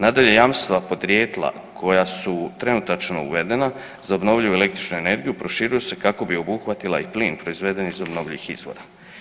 Nadalje, jamstva podrijetla koja su trenutačno uvedena za obnovljivu električnu energiju proširuju se kako bi obuhvatila i plin proizveden iz obnovljivih izvora.